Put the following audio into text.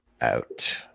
out